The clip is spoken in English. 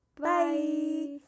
Bye